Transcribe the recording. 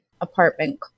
apartment